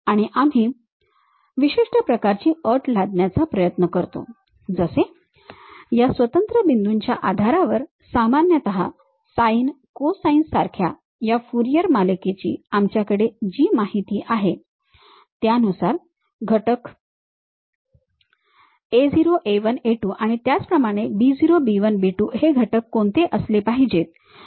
आणि आम्ही विशिष्ट प्रकारची अट लादण्याचा प्रयत्न करतो जसे या स्वतंत्र बिंदूंच्या आधारावर सामान्यतः साइन कोसाइन सारख्या ह्या फूरियर मालिके ची आमच्याकडे जी माहिती आहे त्यानुसार घटक a0 a1 a2 आणि त्याप्रमाणे b0 b1 b2 हे घटक कोणते असेल पाहिजे